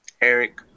Eric